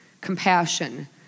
compassion